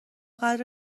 قدر